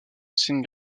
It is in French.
ancienne